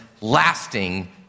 lasting